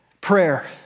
prayer